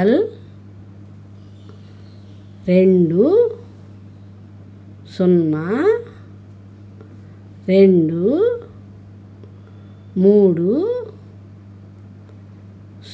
L రెండు సున్నా రెండు మూడు